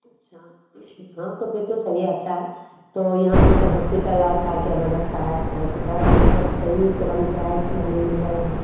अच्छा हाँ तो फिर तो सही है अच्छा है तो यहाँ का मतलब हॉस्पिटल और क्या क्या व्यवस्था है हॉस्पिटल मतलब सही सेवा मिल रहा है कि या नहीं मिल रहा यहाँ